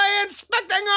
inspecting